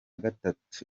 gatatu